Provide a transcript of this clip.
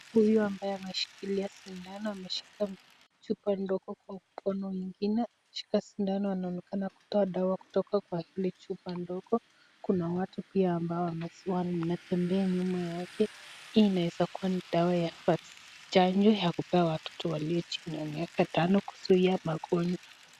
Huyu ambaye ameshikilia sindano ameshika chupa ndogo kwa mkono mwingine. Anashika sindano anaonekana kutoa dawa kwa kile chupa ndogo. Kuna watu pia ambao wanatembea nyuma yake. Hii inaweza kuwa ni dawa ya chanjo ya kupea watoto walio chini ya miaka tano kuzuia magonjwa.